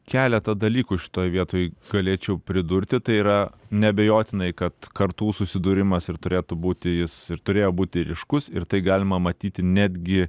keletą dalykų šitoj vietoj galėčiau pridurti tai yra neabejotinai kad kartų susidūrimas ir turėtų būti jis ir turėjo būti ryškus ir tai galima matyti netgi